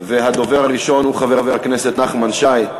והדובר הראשון הוא חבר הכנסת נחמן שי.